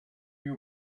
you